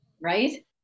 Right